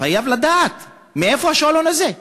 לדעת מאיפה השאלון הזה.